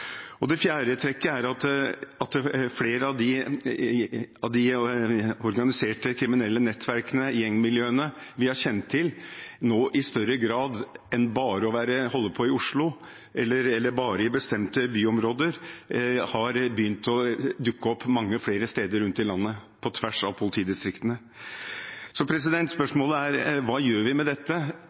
Det fjerde trekket er at flere av de organiserte kriminelle nettverkene, gjengmiljøene vi har kjent til, nå i større grad enn å holde på bare i Oslo eller bare i bestemte byområder har begynt å dukke opp mange flere steder rundt i landet, på tvers av politidistriktene. Spørsmålet er: Hva gjør vi med dette?